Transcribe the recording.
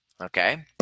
Okay